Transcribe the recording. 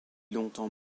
longtemps